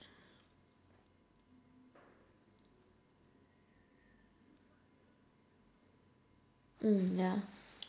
mm ya